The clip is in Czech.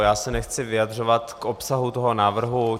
Já se nechci vyjadřovat k obsahu toho návrhu.